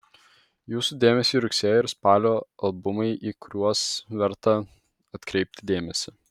jūsų dėmesiui rugsėjo ir spalio albumai į kuriuos verta atkreipti dėmesį